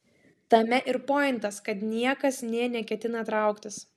tame ir pointas kad niekas nė neketina trauktis